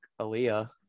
Aaliyah